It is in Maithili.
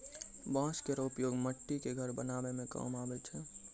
बांस केरो उपयोग मट्टी क घरो बनावै म काम आवै छै